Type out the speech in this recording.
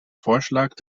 vorschlag